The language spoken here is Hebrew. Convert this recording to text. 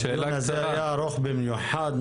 הדיון הזה היה ארוך במיוחד.